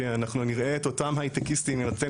אנחנו נראה את אותם הייטקיסטים עם התן